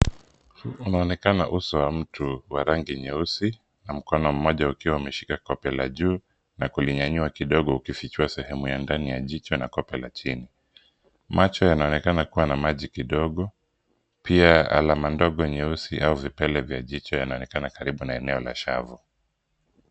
Unaonekana uso wa mtu wa rangi nyeusi na mkono mmoja ukiwa umeshika kope la juu na kulinyanyua kidogo ukifichua sehemu ya ndani ya jicho na kope la chini. Macho yanaonekana kuwa na maji kidogo pia alama ndogo nyeusi au vipele vya jicho yanaonekana karibu na eneo la shavu.